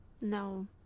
no